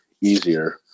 easier